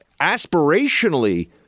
aspirationally